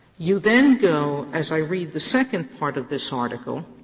you then go, as i read the second part of this article,